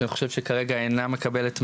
שאני חושב שכרגע אינה מקבלת מענה,